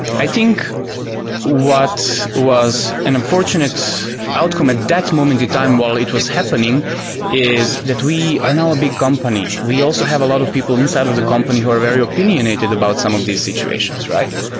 i think what was an unfortunate outcome at that moment in time while it was happening is that we are now a big company. we also have a lot of people inside of the company who are very opinionated about some of these situations, right?